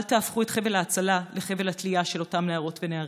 אל תהפכו את חבל ההצלה לחבל התלייה של אותם נערות ונערים.